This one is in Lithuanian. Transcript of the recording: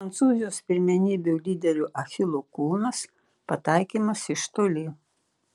prancūzijos pirmenybių lyderių achilo kulnas pataikymas iš toli